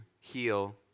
heal